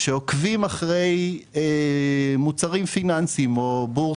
שעוקבים אחרי מוצרים פיננסיים או בורסות.